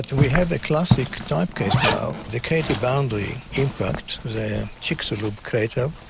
we have a classic type case now, the k t boundary impact, the chicxulub crater,